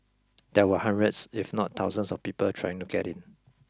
there were hundreds if not thousands of people trying to get in